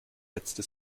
hetzte